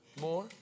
More